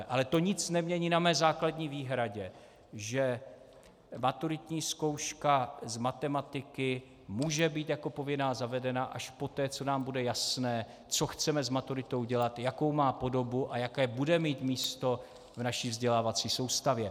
Ale to nic nemění na mé základní výhradě, že maturitní zkouška z matematiky může být jako povinná zavedena až poté, co nám bude jasné, co chceme s maturitou dělat, jakou má podobu a jaké bude mít místo v naší vzdělávací soustavě.